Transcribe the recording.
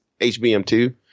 HBM2